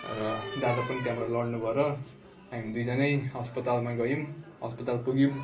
र दादा पनि त्यहाँबाट लड्नुभयो र हामी दुईजनै अस्पतालमा गयौँ अस्पताल पुग्यौँ